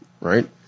right